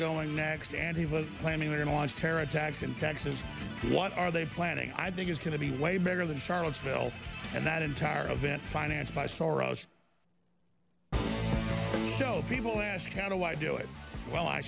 going next and he was planning to launch terror attacks in texas what are they planning i think is going to be way better than charlottesville and that entire event financed by soros tell people ask how do i do it w